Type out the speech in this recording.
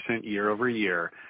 year-over-year